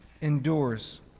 endures